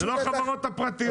זה לא החברות הפרטיות.